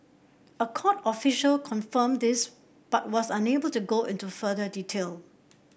a court official confirmed this but was unable to go into further detail